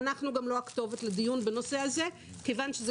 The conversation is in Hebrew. ואנחנו גם לא הכתובת לדיון בנושא הזה מכיוון שזה